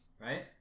right